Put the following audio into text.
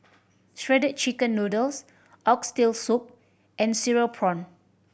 Shredded Chicken Noodles Oxtail Soup and cereal prawn